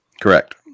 correct